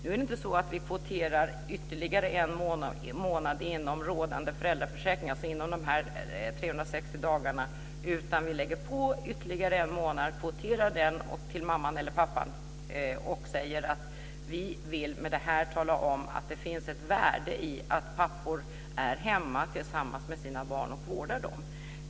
Nu kvoterar vi inte ytterligare en månad inom rådande föräldraförsäkring, alltså inom de 360 dagarna, utan vi lägger till ytterligare en månad och kvoterar den till mamman eller pappan och säger att vi med detta vill tala om att det finns ett värde i att pappor är hemma tillsammans med sina barn och vårdar dem.